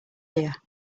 here